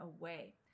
away